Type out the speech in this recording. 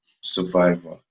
survivor